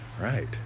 right